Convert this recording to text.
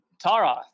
Tara